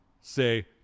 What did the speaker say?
say